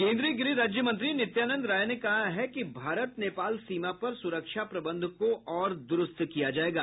केन्द्रीय गृह राज्य मंत्री नित्यानंद राय ने कहा है कि भारत नेपाल सीमा पर सुरक्षा प्रबंध को और दुरूस्त किया जायेगा